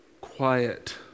quiet